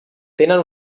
tenen